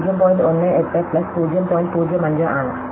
05 ആണ്